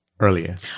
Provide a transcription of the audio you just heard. earlier